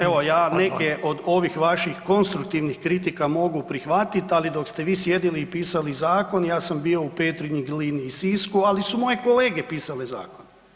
Evo ja neke od ovih vaših konstruktivnih kritika mogu prihvatiti ali dok ste vi sjedili i pisali zakon, ja sam bio u Petrinji, Glini i Sisku ali su moji kolege pisali zakon.